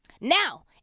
Now